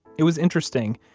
it was interesting.